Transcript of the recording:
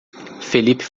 felipe